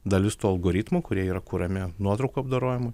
dalis tų algoritmų kurie yra kuriami nuotraukų apdorojimo